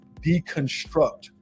deconstruct